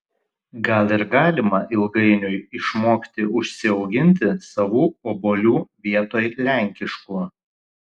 gal ir galima ilgainiui išmokti užsiauginti savų obuolių vietoj lenkiškų